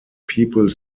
people